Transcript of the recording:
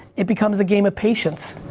it becomes a game of patience.